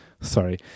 sorry